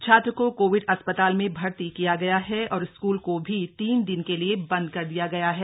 छात्र को कोविड अस्पताल में भर्ती किया गया और स्कूल को भी तीन दिन के लिए बंद कर दिया गया है